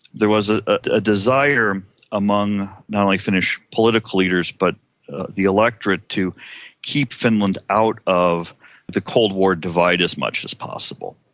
there was a ah desire among not only finnish political leaders but the electorate to keep finland out of the cold war divide as much as possible.